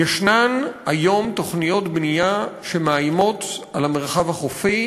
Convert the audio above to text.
ישנן היום תוכניות בנייה שמאיימות על המרחב החופי